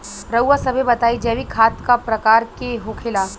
रउआ सभे बताई जैविक खाद क प्रकार के होखेला?